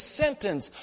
sentence